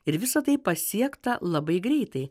ir visa tai pasiekta labai greitai